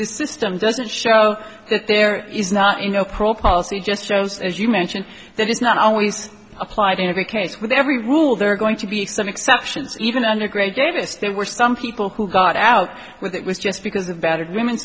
the system doesn't show that there is not you know pro policy just shows as you mentioned that it's not always applied in every case with every rule there are going to be some exceptions even under gray davis there were some people who got out with it was just because of battered women